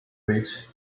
which